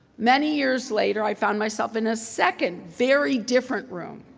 many years later i found myself in a second, very different room,